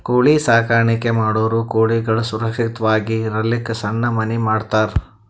ಕೋಳಿ ಸಾಕಾಣಿಕೆ ಮಾಡೋರ್ ಕೋಳಿಗಳ್ ಸುರಕ್ಷತ್ವಾಗಿ ಇರಲಕ್ಕ್ ಸಣ್ಣ್ ಮನಿ ಮಾಡಿರ್ತರ್